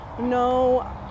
no